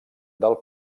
del